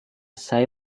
saya